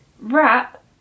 wrap